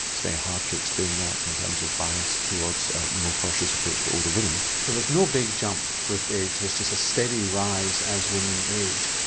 it's very hard to explain that in terms of bias towards a more cautious approach to older women. so there's no big jump with age, there's just a steady rise as women age,